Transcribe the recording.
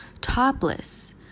topless